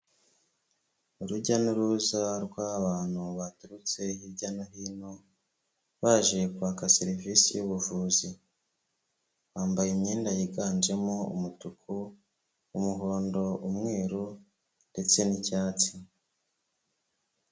Urujya n'uruza rw'abantu baturutse hirya no hino baje kwaka serivisi y'ubuvuzi, bambaye imyenda yiganjemo umutuku, umuhondo, umweru ndetse n'icyatsi.